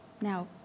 Now